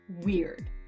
weird